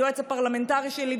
היועץ הפרלמנטרי שלי,